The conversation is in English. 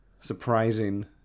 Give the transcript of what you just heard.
surprising